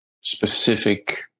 specific